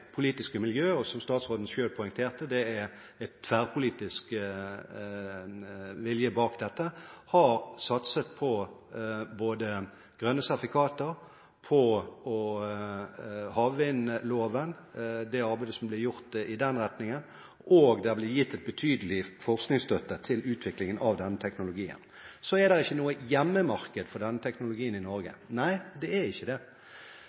tverrpolitisk vilje bak dette, har satset på grønne sertifikater, på havvindloven og det arbeidet som ble gjort i den retningen, og det har blitt gitt betydelig forskningsstøtte til utviklingen av denne teknologien. Det er ikke noe hjemmemarked for denne teknologien i Norge – nei, det er ikke det.